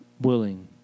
willing